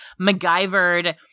MacGyvered